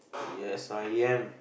yes I am